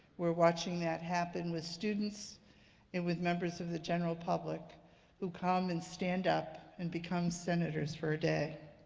we're watching that happen with students and with members of the general public who come and stand up and become senators for a day.